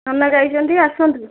ନନା ଯାଇଛନ୍ତି ଆସନ୍ତୁ